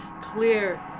clear